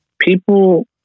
people